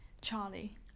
Charlie